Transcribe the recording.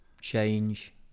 change